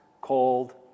cold